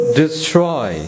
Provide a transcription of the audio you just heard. destroy